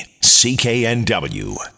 CKNW